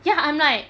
ya I'm like